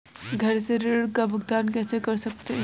घर से ऋण का भुगतान कैसे कर सकते हैं?